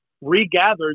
regathered